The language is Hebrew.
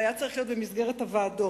והיה צריך להיות במסגרת הוועדות.